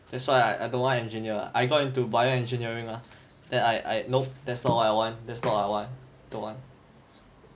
that's why I don't want engineer ah I got into bio engineering ah then I I know nope that's not what I want